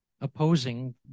opposing